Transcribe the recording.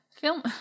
film